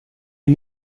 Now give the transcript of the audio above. est